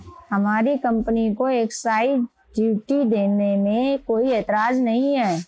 हमारी कंपनी को excise duty देने में कोई एतराज नहीं है